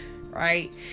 Right